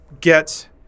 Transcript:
get